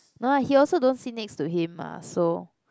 no lah he also don't sit next to him mah so